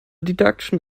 deduction